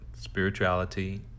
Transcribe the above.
spirituality